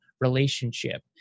relationship